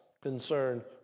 concern